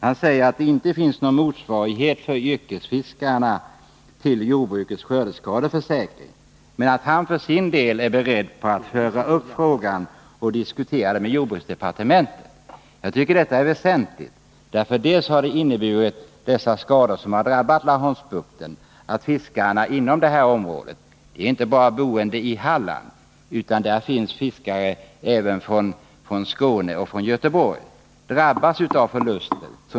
Han sade där att Nr 49 yrkesfiskarna inte har någon motsvarighet till jordbrukets skördeskadeförsäkring men att han för sin del var beredd att följa upp frågan och diskutera den med jordbruksdepartementet. Jag tycker detta är väsentligt, eftersom de skador som har drabbat Laholmsbukten också har inneburit att fiskare inom det området — och de är inte bara boende i Halland, utan där finns även fiskare från Skåne och från Göteborg — drabbas av förluster.